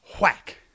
Whack